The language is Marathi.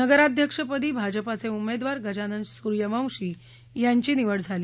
नगराध्यक्षपदी भाजपाएचे उमेदवार गजानन सूर्यवंशी यांची निवड झाली